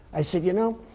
i said, you know,